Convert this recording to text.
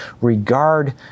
regard